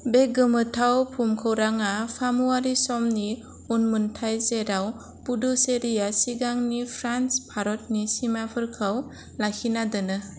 बे गोमोथाव भुमखौरांआ फामुआरि समनि उनमोनथाइ जेराव पुडुचेरिआ सिगांनि फ्रान्स भारतनि सिमाफोरखौ लाखिना दोनो